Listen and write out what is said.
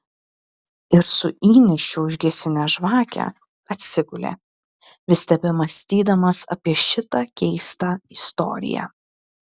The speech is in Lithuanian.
ir su įniršiu užgesinęs žvakę atsigulė vis tebemąstydamas apie šitą keistą istoriją